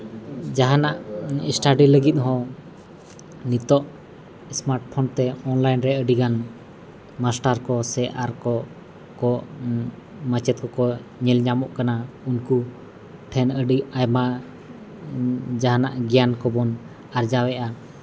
ᱡᱟᱦᱟᱱᱟᱜ ᱮᱥᱴᱟᱰᱤ ᱞᱟᱹᱜᱤᱫ ᱦᱚᱸ ᱱᱤᱛᱳᱜ ᱮᱥᱢᱟᱴ ᱯᱷᱳᱱ ᱛᱮ ᱚᱱᱞᱟᱭᱤᱱ ᱨᱮ ᱟᱹᱰᱤᱜᱟᱱ ᱢᱟᱥᱴᱟᱨ ᱠᱚ ᱥᱮ ᱟᱨ ᱠᱚ ᱠᱚ ᱢᱟᱪᱮᱫ ᱠᱚᱠᱚ ᱧᱮᱞ ᱧᱟᱢᱚᱜ ᱠᱟᱱᱟ ᱩᱱᱠᱩ ᱴᱷᱮᱱ ᱟᱹᱰᱤ ᱟᱭᱢᱟ ᱡᱟᱦᱟᱱᱟᱜ ᱜᱮᱭᱟᱱ ᱠᱚᱵᱚᱱ ᱟᱨᱡᱟᱣᱮᱜᱼᱟ